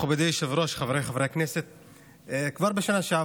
רוצה ללמוד בקיץ, אם הוא רוצה ציון